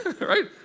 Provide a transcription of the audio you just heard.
right